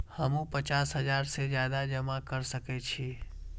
हमू पचास हजार से ज्यादा जमा कर सके छी?